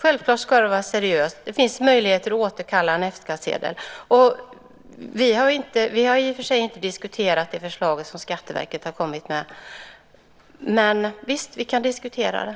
Självfallet ska det vara seriöst. Det finns möjligheter att återkalla en F-skattsedel. Vi har i och för sig inte diskuterat det förslag som Skatteverket har kommit med, men visst kan vi göra det.